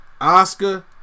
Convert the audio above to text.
Oscar